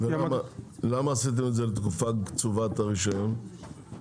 ולמה עשיתם את זה לתקופה קצובה את הרישיון?